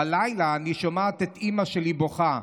בלילה אני שומעת את אימא שלי בוכה.